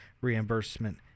reimbursement